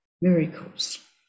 miracles